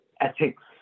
ethics